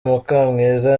mukamwiza